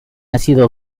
ácido